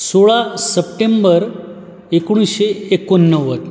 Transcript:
सोळा सप्टेंबर एकोणीसशे एकोणनव्वद